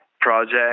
project